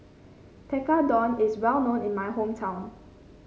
tekkadon is well known in my hometown